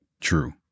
true